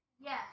Yes